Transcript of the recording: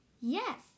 yes